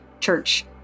church